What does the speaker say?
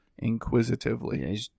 inquisitively